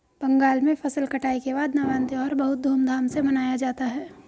बंगाल में फसल कटाई के बाद नवान्न त्यौहार बहुत धूमधाम से मनाया जाता है